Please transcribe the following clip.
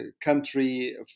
country